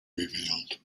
revealed